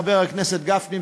חבר הכנסת גפני,